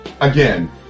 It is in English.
again